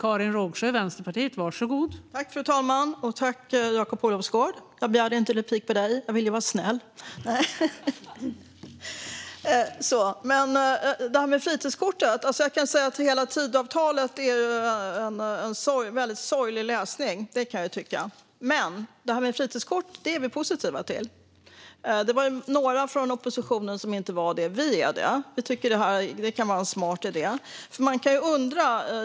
Fru talman! Jag begärde inte replik på dig, Jakob Olofsgård, för jag ville vara snäll. Jag tycker att hela Tidöavtalet är sorglig läsning, men vi är positiva till fritidskortet. Det var några från oppositionen som inte var det, men vi är det. Vi tycker att det kan vara en smart idé.